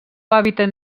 hàbitat